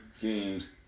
games